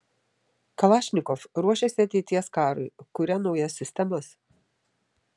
kalašnikov ruošiasi ateities karui kuria naujas sistemas